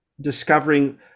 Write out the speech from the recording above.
discovering